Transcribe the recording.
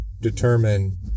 determine